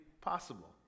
possible